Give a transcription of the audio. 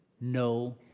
no